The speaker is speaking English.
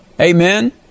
Amen